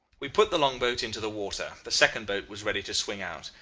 we put the long-boat into the water. the second boat was ready to swing out.